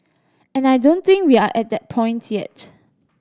and I don't think we are at that point yet